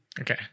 Okay